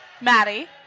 Maddie